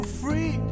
free